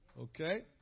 Okay